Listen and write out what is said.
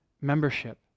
membership